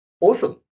Awesome